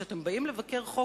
כשאתם באים לבקר חוק,